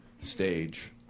stage